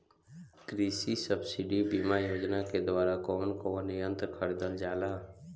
कृषि सब्सिडी बीमा योजना के द्वारा कौन कौन यंत्र खरीदल जाला?